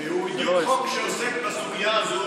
הוא בדיוק חוק שעוסק בסוגיה הזאת,